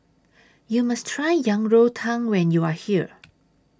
YOU must Try Yang Rou Tang when YOU Are here